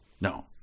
No